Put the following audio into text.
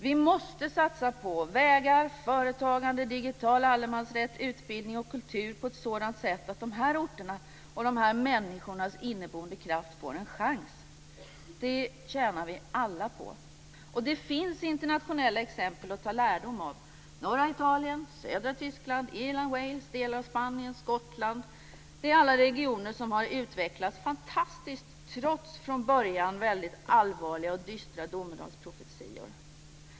Vi måste satsa på vägar, företagande, digital allemansrätt, utbildning och kultur på ett sådant sätt att dessa orter och dessa människors inneboende kraft får en chans. Det tjänar vi alla på. Det finns internationella exempel att ta lärdom av - norra Italien, södra Tyskland, Irland, Wales, delar av Spanien och Skottland är alla regioner som har utvecklats fantastiskt trots från början mycket allvarliga och dystra domedagsprofetior.